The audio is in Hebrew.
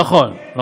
נכון.